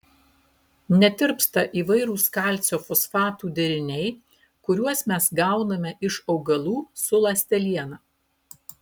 netirpsta įvairūs kalcio fosfatų deriniai kuriuos mes gauname iš augalų su ląsteliena